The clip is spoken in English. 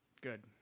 Good